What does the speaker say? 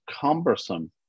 cumbersome